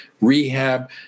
rehab